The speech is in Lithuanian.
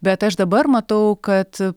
bet aš dabar matau kad